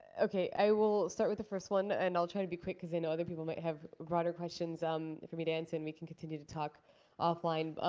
ok, i will start with the first one. and i'll try to be quick because i know other people may have broader questions um for me to answer, and we can continue to talk offline. but